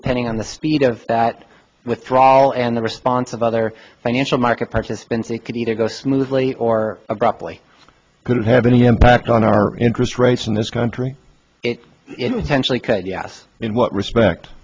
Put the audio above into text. depending on the speed of that withdrawal and the response of other financial market participants it could either go smoothly or abruptly could have any impact on our interest rates in this country it intentionally could yes in what respect